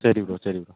சரி ப்ரோ சரி ப்ரோ